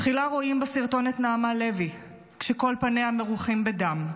תחילה רואים בסרטון את נעמה לוי כשכל פניה מרוחים בדם.